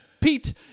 Pete